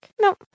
No